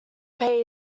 pay